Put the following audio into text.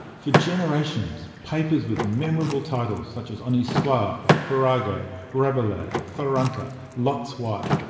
for generations, papers with memorable titles such as honi soit, ah farrago, rabelais, tharunka, lot's wife,